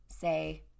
say